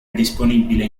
disponibile